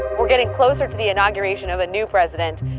we're getting closer to the inauguration of a new president.